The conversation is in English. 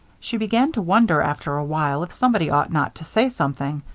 she began to wonder after a while if somebody ought not to say something.